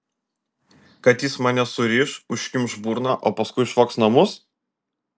kad jis mane suriš užkimš burną o paskui išvogs namus